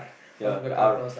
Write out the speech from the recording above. ya the R